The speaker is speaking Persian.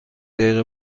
دقیقه